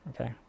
okay